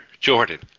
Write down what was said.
Jordan